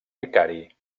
vicari